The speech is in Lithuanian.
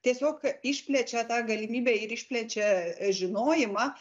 tiesiog išplečia tą galimybę ir išplečia žinojimą